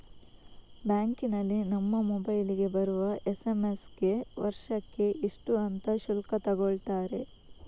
ಬ್ಯಾಂಕಿನಲ್ಲಿ ನಮ್ಮ ಮೊಬೈಲಿಗೆ ಬರುವ ಎಸ್.ಎಂ.ಎಸ್ ಗೆ ವರ್ಷಕ್ಕೆ ಇಷ್ಟು ಅಂತ ಶುಲ್ಕ ತಗೊಳ್ತಾರೆ